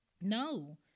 No